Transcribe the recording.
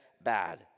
bad